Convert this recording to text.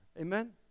Amen